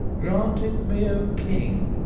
grant it me, o king!